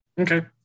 Okay